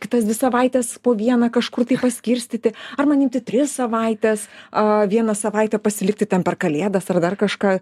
kitas dvi savaites po vieną kažkur tai paskirstyti ar man imti tris savaites a vieną savaitę pasilikti ten per kalėdas ar dar kažką